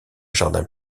jardin